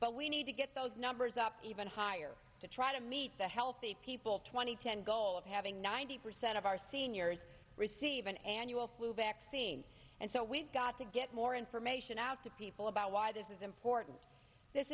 but we need to get those numbers up even higher to try to meet the healthy people twenty ten goal of having ninety percent of our seniors receive an annual flu vaccine and so we've got to get more information out to people about why this is important this